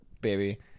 baby